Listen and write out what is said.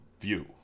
view